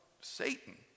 Satan